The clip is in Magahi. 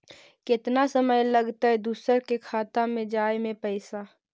केतना समय लगतैय दुसर के खाता में जाय में पैसा?